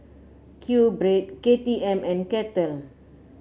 Q Bread K T M and Kettle